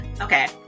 Okay